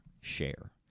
share